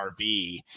RV